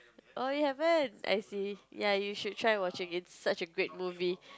oh ya haven't I see ya you should try watching it such a great movie